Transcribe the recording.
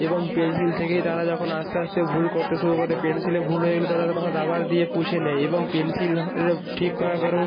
এবং পেন্সিল থেকে তারা যখন আস্তে আস্তে ভুল করতে শুরু করে পেন্সিলে ভুল হয়ে গেলে তারা তখন রাবার দিয়ে পুছে নেয় এবং পেন্সিল নাহলে ঠিক করার পরেও